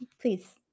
please